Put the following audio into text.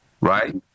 right